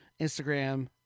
Instagram